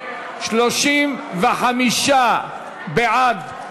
35 בעד,